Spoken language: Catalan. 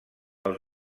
els